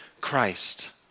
Christ